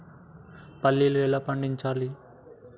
పల్లీలు ఎలా పండించాలి?